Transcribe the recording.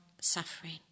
suffering